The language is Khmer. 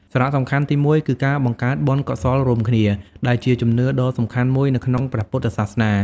សារៈសំខាន់ទីមួយគឺការបង្កើតបុណ្យកុសលរួមគ្នា ដែលជាជំនឿដ៏សំខាន់មួយនៅក្នុងព្រះពុទ្ធសាសនា។